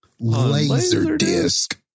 Laserdisc